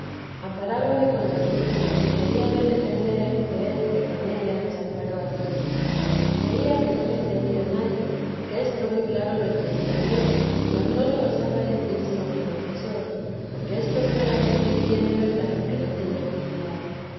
amparábame con la cruz y queríame defender del que con ella nos amparó a todos veía que no me entendía nadie que esto muy claro lo entendía yo mas no lo osaba decir sino a mi confesor porque esto fuera decir bien de verdad que no tenía humildad